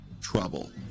trouble